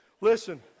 Listen